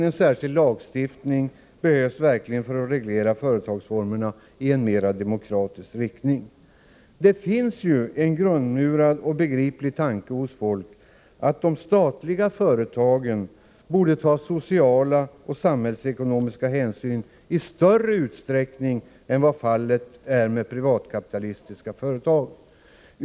En särskild lagstiftning behövs verkligen för att reglera företagsformerna i demokratisk riktning. Det finns en grundmurad och förståelig tanke hos folk, att de statliga företagen borde ta sociala och samhällsekonomiska hänsyn i större utsträckning än vad fallet är med privatkapitalistiska företag.